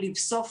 לבסוף,